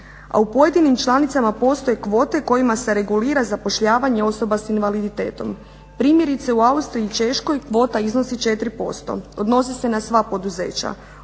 a u pojedinim članicama postoje kvote kojima se regulira zapošljavanje osoba sa invaliditetom. Primjerice u Austriji i Češkoj kvota iznosi 4%. Odnosi se na sva poduzeća.